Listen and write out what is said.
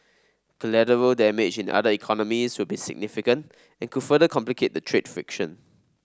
collateral damage in other economies will be significant and could further complicate the trade friction